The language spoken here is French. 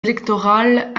électorales